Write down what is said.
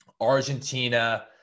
argentina